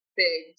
big